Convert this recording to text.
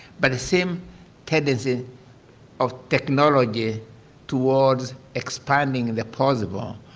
but the same tendency of technology towards expanding the possible,